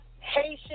Haitian